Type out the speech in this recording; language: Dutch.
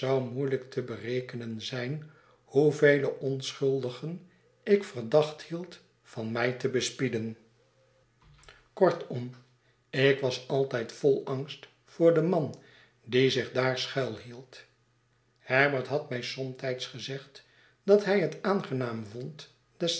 moeielijk te berekenen zijn hoevele onschuldigen ik verdacht hield van mij te bespieden kortom ik was altijd vol angst voor den man die zich daar schuilhield herbert had mij somtijds gezegd dat hij het aangenaam vond